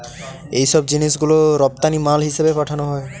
এইসব জিনিস গুলো রপ্তানি মাল হিসেবে পাঠানো হয়